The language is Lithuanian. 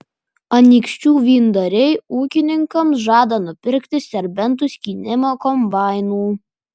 anykščių vyndariai ūkininkams žada nupirkti serbentų skynimo kombainų